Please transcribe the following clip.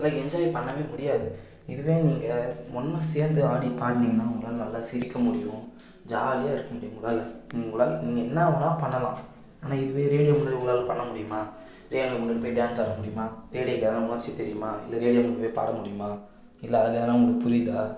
அதெல்லாம் என்ஜாய் பண்ணவே முடியாது இதுவே நீங்கள் ஒன்னாக சேர்ந்து ஆடி பாட்டுனிங்கனா உங்களால் நல்லா சிரிக்க முடியும் ஜாலியாக இருக்க முடியும் உங்களால் உங்களால் நீங்கள் என்னவேணா பண்ணலாம் ஆனால் இதுவே ரேடியோ முன்னாடி உங்களால் பண்ணமுடியுமா ரேடியோ முன்னாடி போய் டான்ஸ் ஆடமுடியுமா ரேடியோக்கு எதை நம்மளாச்சும் தெரியுமா இல்லை ரேடியோக்கு போய் பாடமுடியுமா இல்லை அதில் எதனா உங்களுக்கு புரியுதா